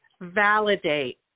validate